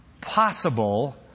possible